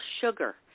sugar